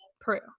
Peru